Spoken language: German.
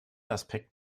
aspekt